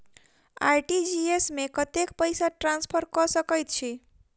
RTGS मे कतेक पैसा ट्रान्सफर कऽ सकैत छी?